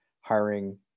hiring